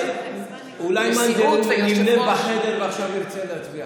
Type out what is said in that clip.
אולי מאן דהוא נמנם בחדר ועכשיו ירצה להצביע?